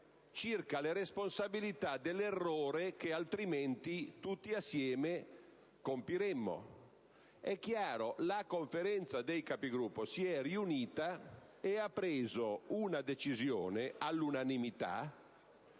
circa le responsabilità dell'errore che, altrimenti, tutti assieme compiremmo. È chiaro che la Conferenza dei Capigruppo si è riunita ed ha assunto all'unanimità